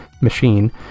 machine